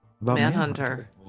Manhunter